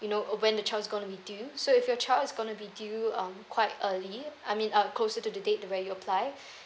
you know when the child is gonna be due so if your child is gonna be due um quite early I mean uh closer to the date where you applied